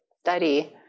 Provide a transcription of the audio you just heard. study